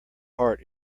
heart